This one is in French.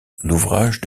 l’ouvrage